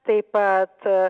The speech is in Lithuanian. taip pat